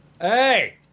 hey